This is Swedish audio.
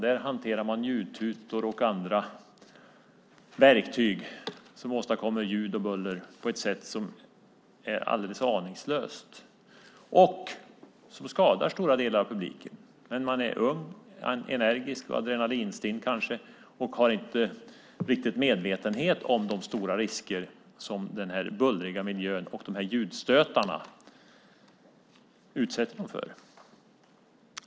Där hanterar man tutor och andra verktyg som åstadkommer buller på ett sätt som är alldeles aningslöst och som skadar stora delar av publiken. Man är ung, energisk och kanske adrenalinstinn och är inte riktigt medveten om de stora risker som den bullriga miljön och ljudstötarna innebär.